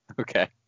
Okay